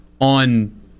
on